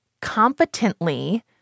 competently